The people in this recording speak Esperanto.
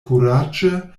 kuraĝe